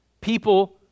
people